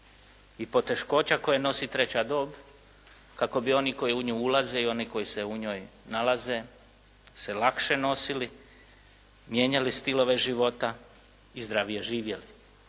i poteškoća koje nosi treća dob kako bi oni koji u nju ulaze i oni koji se u njoj nalaze se lakše nosili, mijenjali stilove života i zdravije živjeli.